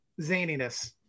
zaniness